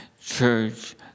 church